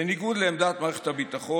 בניגוד לעמדת מערכת הביטחון,